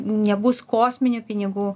nebus kosminių pinigų